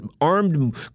armed